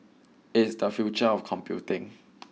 it is the future of computing